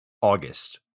August